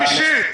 ערבות אישית.